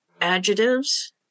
adjectives